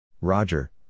Roger